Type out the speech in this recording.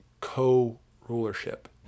co-rulership